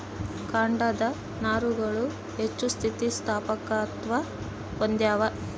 ಕಾಂಡದ ನಾರುಗಳು ಹೆಚ್ಚು ಸ್ಥಿತಿಸ್ಥಾಪಕತ್ವ ಹೊಂದ್ಯಾವ